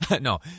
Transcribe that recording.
No